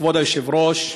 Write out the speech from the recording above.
כבוד היושב-ראש,